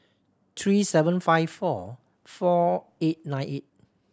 three seven five four four eight nine eight